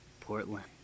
Portland